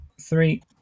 three